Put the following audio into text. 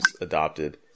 adopted